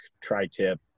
tri-tip